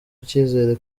icyizere